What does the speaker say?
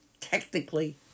technically